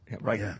right